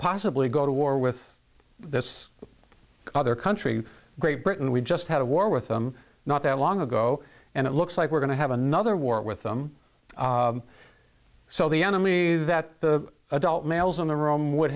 possibly go to war with this other country great britain we just had a war with them not that long ago and it looks like we're going to have another war with them so the enemy is that the adult males in the room would